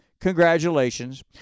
Congratulations